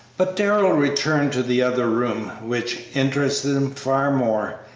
but darrell returned to the other room, which interested him far more,